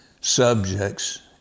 subjects